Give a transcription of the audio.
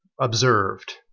observed